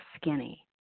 skinny